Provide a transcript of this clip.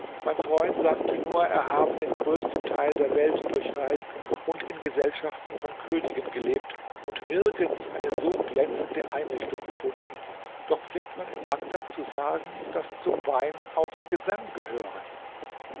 mein freund sagte nur er habe den größten teil der welt durchreist und in gesellschaften von königen gelebt und nirgends eine so glänzende einrichtung gefunden doch pflegt man in bagdad zu sagen daß zum wein auch gesang gehöre